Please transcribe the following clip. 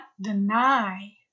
deny